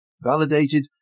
validated